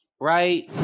right